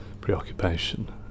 preoccupation